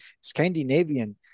Scandinavian